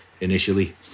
initially